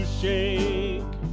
shake